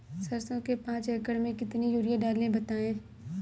सरसो के पाँच एकड़ में कितनी यूरिया डालें बताएं?